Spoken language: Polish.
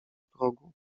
progu